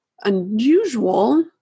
unusual